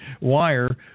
wire